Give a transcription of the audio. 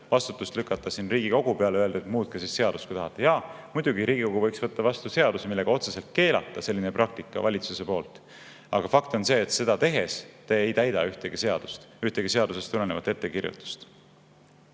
vastutust lükata Riigikogu peale ja öelda, et muutke siis seadust, kui tahate. Jaa, muidugi Riigikogu võiks võtta vastu seaduse, millega otseselt keelata selline praktika valitsuse poolt, aga fakt on see, et praegu seda tehes te ei täida ühtegi seadust, ühtegi seadusest tulenevat ettekirjutust.